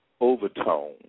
overtone